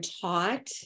taught